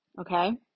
okay